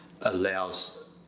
allows